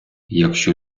якщо